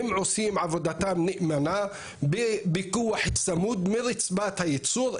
הם עושים עבודתם נאמנה בפיקוח צמוד מרצפת הייצור.